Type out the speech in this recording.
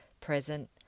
present